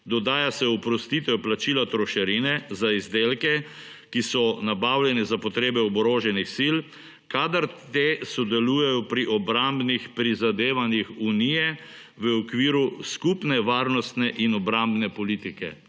Dodaja se oprostitev plačila trošarine za izdelke, ki so nabavljeni za potrebe oboroženih sil kadar te sodelujejo pri obrambnih prizadevanjih Unije v okviru skupne varnostne in obrambne politike.